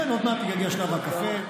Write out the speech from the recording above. כן, עוד מעט יגיע שלב הקפה.